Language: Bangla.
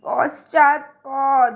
পশ্চাৎপদ